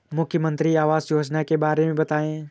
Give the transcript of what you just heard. मुख्यमंत्री आवास योजना के बारे में बताए?